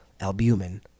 albumin